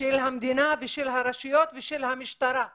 מה אישה כזו צריכה לעשות?